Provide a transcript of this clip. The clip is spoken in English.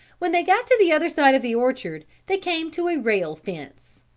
when they got to the other side of the orchard they came to a rail fence.